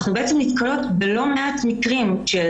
אנחנו בעצם נתקלות בלא מעט מקרים של